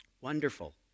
wonderful